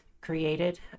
created